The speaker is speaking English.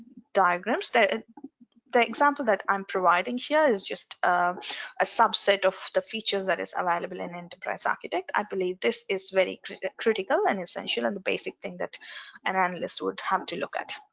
diagrams, the example that i'm providing here is just a subset of the features that is available in enterprise architect. i believe this is very critical critical and essential and the basic things that an analyst would have to look at.